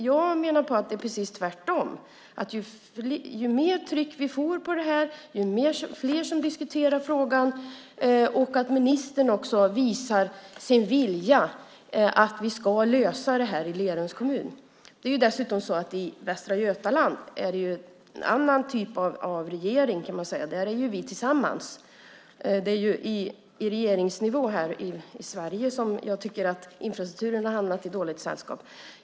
Jag menar att det är precis tvärtom, att det är bättre ju mer tryck vi får på det här och ju fler som diskuterar frågan, och om ministern visar sin vilja att lösa det här i Lerums kommun. Dessutom är det en annan typ av regering i Västra Götaland. Där är ju vi tillsammans. Det är på regeringsnivå i Sverige som infrastrukturen har hamnat i dåligt sällskap.